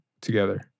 together